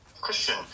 Christian